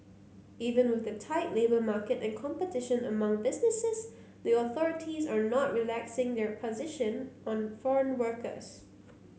even with the tight labour market and competition among businesses the authorities are not relaxing their position on foreign workers